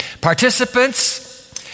Participants